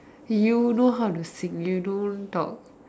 you know how to sing you don't talk